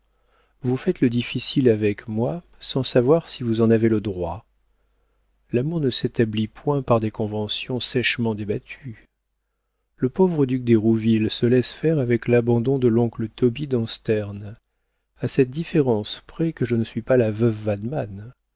vous faites le difficile avec moi sans savoir si vous en avez le droit l'amour ne s'établit point par des conventions sèchement débattues le pauvre duc d'hérouville se laisse faire avec l'abandon de l'oncle tobie dans sterne à cette différence près que je ne suis pas la veuve